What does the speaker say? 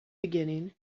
beginning